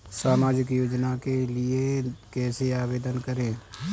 सामाजिक योजना के लिए कैसे आवेदन करें?